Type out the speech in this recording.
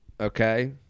Okay